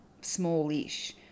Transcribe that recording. smallish